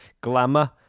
glamour